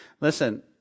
Listen